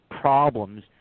problems